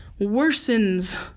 worsens